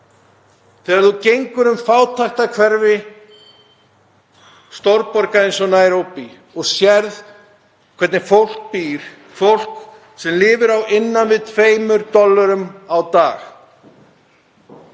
Þegar þú gengur um fátækrahverfi stórborga eins og Naíróbí og sérð hvernig fólk býr, fólk sem lifir á innan við tveimur dollurum á dag,